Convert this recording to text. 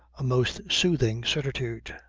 a most soothing certitude.